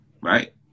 Right